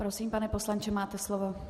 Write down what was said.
Prosím, pane poslanče, máte slovo.